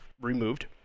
removed